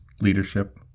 leadership